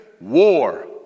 war